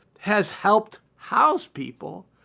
has helped house people,